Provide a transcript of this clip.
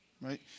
Right